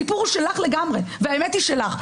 הסיפור הוא שלך לגמרי, והאמת היא שלך.